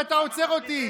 ואתה עוצר אותי.